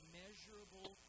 measurable